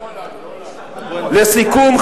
לסיכום,